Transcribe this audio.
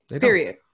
Period